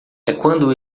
quando